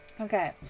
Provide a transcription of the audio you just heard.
Okay